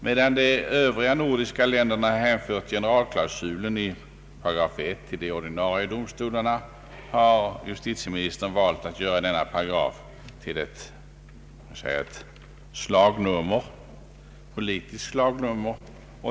Medan de övriga nordiska länderna hänfört generalklausulen i § 1 till de ordinarie domstolarna har justitieministern valt att göra denna paragraf till ett politiskt slagnummer.